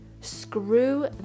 Screw